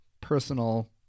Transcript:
personal